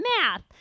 math